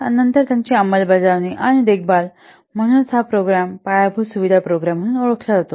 आणि त्याची अंमलबजावणी आणि देखभाल म्हणूनच हा प्रोग्राम पायाभूत सुविधा प्रोग्राम म्हणून ओळखला जातो